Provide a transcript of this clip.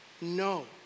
no